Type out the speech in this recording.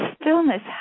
stillness